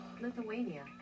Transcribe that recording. Lithuania